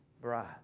bride